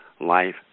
life